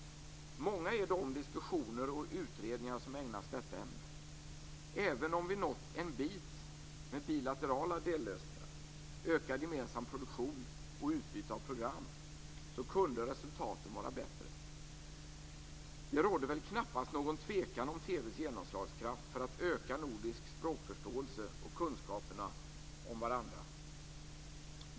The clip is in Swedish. Många är de diskussioner och utredningar som ägnas detta ämne. Även om vi nått en bit med bilaterala dellösningar, ökad gemensam produktion och utbyte av program kunde resultaten vara bättre. Det råder väl knappast någon tvekan om TV:s genomslagskraft för att öka nordisk språkförståelse och kunskaper om varandra.